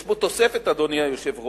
יש בו תוספת, אדוני היושב-ראש,